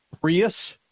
Prius